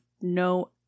no